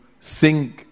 sing